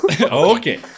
Okay